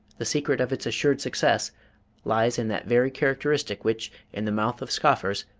the secret of its assured success lies in that very characteristic which, in the mouth of scoffers,